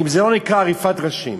האם זה לא נקרא עריפת ראשים?